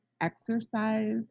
exercise